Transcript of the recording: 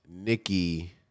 Nikki